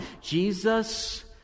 Jesus